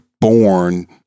born